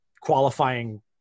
qualifying